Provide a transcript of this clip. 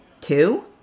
two